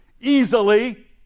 easily